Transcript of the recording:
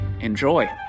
Enjoy